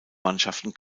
mannschaften